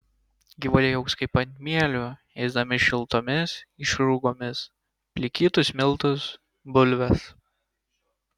gyvuliai augs kaip ant mielių ėsdami šiltomis išrūgomis plikytus miltus bulves